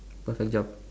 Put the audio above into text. perfect job